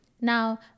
Now